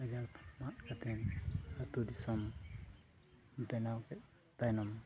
ᱜᱟᱡᱟᱲ ᱠᱚ ᱢᱟᱜ ᱠᱟᱛᱮᱱ ᱟᱛᱳ ᱫᱤᱥᱚᱢ ᱵᱮᱱᱟ ᱠᱮᱫ ᱛᱟᱭᱱᱚᱢ